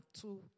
two